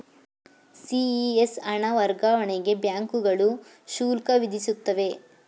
CES ಹಣ ವರ್ಗಾವಣೆಗೆ ಬ್ಯಾಂಕುಗಳು ಶುಲ್ಕ ವಿಧಿಸುತ್ತವೆ